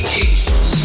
Jesus